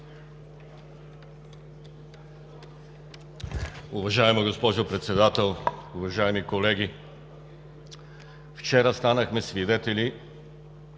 Уважаема госпожо Председател, уважаеми колеги! Вчера станахме свидетели